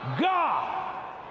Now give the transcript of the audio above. God